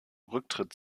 rücktritt